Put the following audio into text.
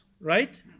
right